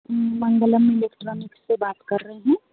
मंगलम electronics से बात कर रही हूँ